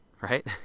right